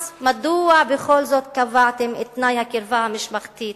אז מדוע בכל זאת קבעתם את תנאי הקרבה המשפחתית?